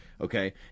okay